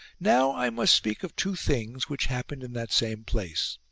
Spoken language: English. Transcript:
now i must speak of two things which happened in that same place.